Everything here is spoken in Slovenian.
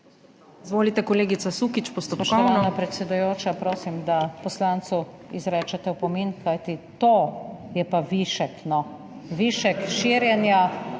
Izvolite, kolegica Sukič, postopkovno.